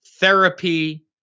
therapy